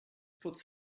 puts